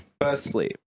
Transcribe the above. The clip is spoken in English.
Firstly